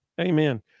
Amen